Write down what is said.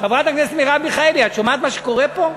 חברת הכנסת מרב מיכאלי, את שומעת מה שקורה פה?